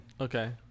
Okay